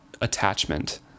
attachment